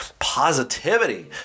positivity